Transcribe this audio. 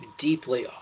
deeply